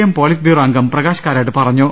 M polit bureau അംഗം പ്രകാശ് കാരാട്ട് പറഞ്ഞു